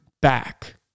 back